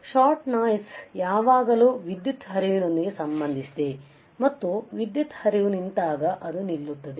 shot noise ಯಾವಾಗಲೂ ವಿದ್ಯುತ್ ಹರಿವಿನೊಂದಿಗೆ ಸಂಬಂಧಿಸಿದೆ ಮತ್ತು ವಿದ್ಯುತ್ ಹರಿವು ನಿಂತಾಗ ಅದು ನಿಲ್ಲುತ್ತದೆ